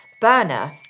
burner